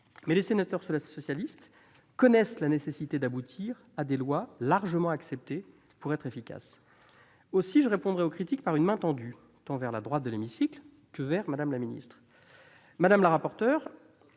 Mais les sénateurs socialistes connaissent la nécessité d'aboutir à des lois largement acceptées pour être efficaces. Aussi, je répondrai aux critiques par une main tendue, tant vers la droite de l'hémicycle que vers Mme la secrétaire d'État. Madame la rapporteure,